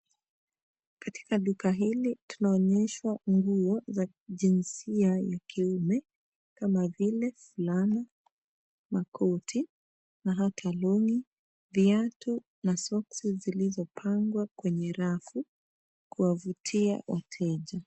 Katika duka hili tunaonyeshwa nguo za kijinsia ya kiume kama vile fulana, makoti na hata long'i, viatu na soksi zilizopangwa kwenye rafu kuwavutia wateja.